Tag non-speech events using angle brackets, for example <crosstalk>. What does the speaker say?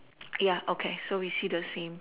<noise> ya okay so we see the same